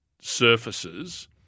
surfaces